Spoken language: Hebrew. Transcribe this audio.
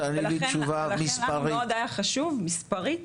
ולכן לנו מאוד היה חשוב מספרית,